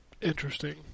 interesting